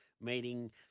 meeting